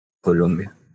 Colombia